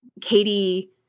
katie